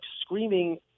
screaming